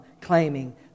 claiming